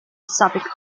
subic